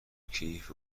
کیف